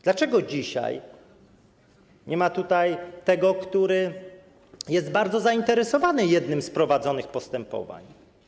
Dlaczego dzisiaj nie ma tutaj tego, kto jest bardzo zainteresowany jednym z prowadzonych postępowań?